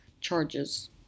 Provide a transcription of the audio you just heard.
charges